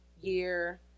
year